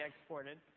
exported